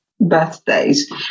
birthdays